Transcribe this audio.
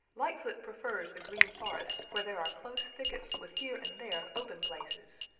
lightfoot prefers the green forest where there are close thickets with here and there open places.